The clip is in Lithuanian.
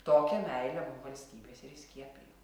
tokią meilę mum valstybės ir įskiepijo